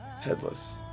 Headless